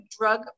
drug